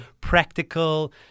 practical